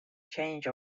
change